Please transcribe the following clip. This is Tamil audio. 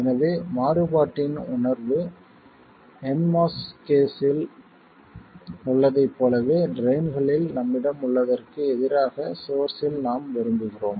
எனவே மாறுபாட்டின் உணர்வு nMOS கேஸில் உள்ளதைப் போலவே ட்ரைன்களில் நம்மிடம் உள்ளதற்கு எதிராக சோர்ஸ்ஸில் நாம் விரும்புகிறோம்